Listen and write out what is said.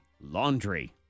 laundry